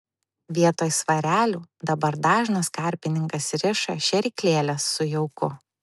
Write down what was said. vietoj svarelių dabar dažnas karpininkas riša šėryklėles su jauku